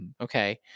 okay